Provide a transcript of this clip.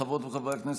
חברות וחברי הכנסת,